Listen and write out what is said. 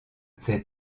ces